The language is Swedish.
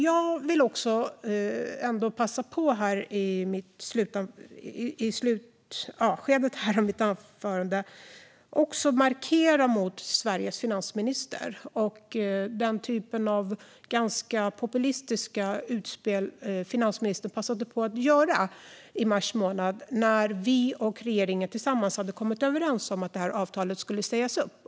Jag vill dock passa på att så här i slutet av mitt anförande också markera mot Sveriges finansminister och den typ av ganska populistiska utspel som hon passade på att göra i mars månad, när vi och regeringen tillsammans hade kommit överens om att avtalet skulle sägas upp.